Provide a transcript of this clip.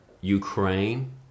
Ukraine